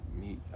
meet